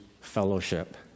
fellowship